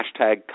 Hashtag